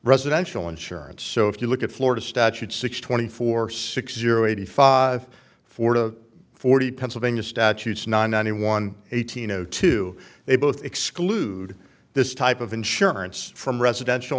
residential insurance so if you look at florida statute six twenty four six zero eighty five four to forty pennsylvania statutes nine hundred one eighteen zero two they both exclude this type of insurance from residential